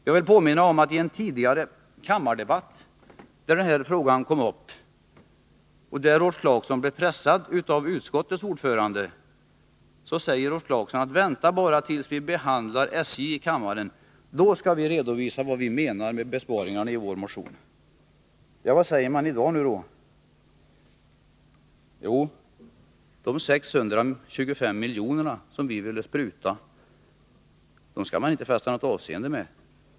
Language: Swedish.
Jag vill påminna om att Rolf Clarkson i en tidigare kammardebatt, där denna fråga kom upp och där han blev pressad av utskottets ordförande, sade: Vänta bara tills vi behandlar SJ i kammaren; då skall vi redovisa vad vi menar med besparingar i vår motion. Vad säger man då i dag? Jo, de 625 milj.kr. som man ville pruta skall det inte fästas något avseende vid.